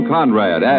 Conrad